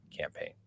campaign